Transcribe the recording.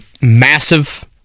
massive